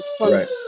Right